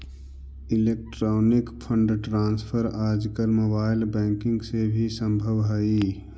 electronic fund transfer आजकल mobile banking से भी संभव हइ